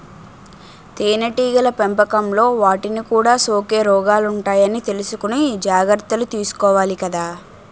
తేనెటీగల పెంపకంలో వాటికి కూడా సోకే రోగాలుంటాయని తెలుసుకుని జాగర్తలు తీసుకోవాలి కదా